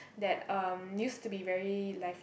that um used to be very lively